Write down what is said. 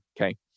okay